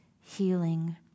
healing